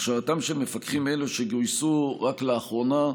הכשרתם של מפקחים אלו, שגויסו רק לאחרונה,